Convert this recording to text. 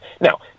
Now